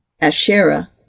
asherah